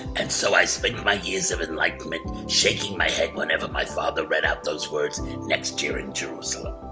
and so, i spent my years of enlightenment shaking my head whenever my father read out those words, next year in jerusalem.